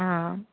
आं